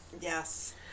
Yes